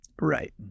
Right